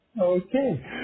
Okay